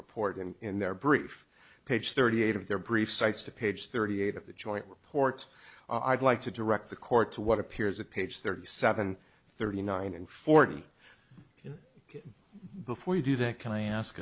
report and in their brief page thirty eight of their brief cites to page thirty eight of the joint reports are i'd like to direct the court to what appears at page thirty seven thirty nine and forty in before you do that can i ask